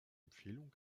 empfehlungen